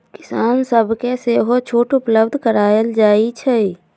किसान सभके सेहो छुट उपलब्ध करायल जाइ छइ